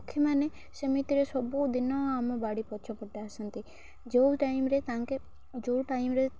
ପକ୍ଷୀମାନେ ସେମିତିରେ ସବୁଦିନ ଆମ ବାଡ଼ି ପଛପଟେ ଆସନ୍ତି ଯେଉଁ ଟାଇମ୍ରେ ତାଙ୍କେ ଯେଉଁ ଟାଇମ୍ରେ